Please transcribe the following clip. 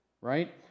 right